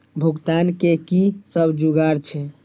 भुगतान के कि सब जुगार छे?